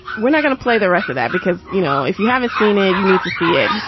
we're not gonna play the rest of that because, you know, if you haven't seen it. you need to see it.